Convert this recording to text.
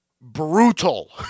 brutal